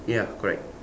ya correct